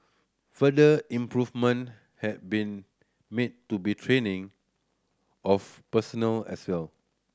further improvement have been made to be training of personnel as well